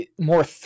more